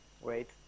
Wait